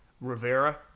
Rivera